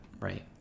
right